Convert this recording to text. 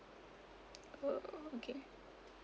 oh okay